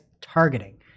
targeting